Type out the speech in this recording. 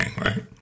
right